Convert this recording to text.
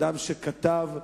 אדם שכתב,